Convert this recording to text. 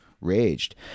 raged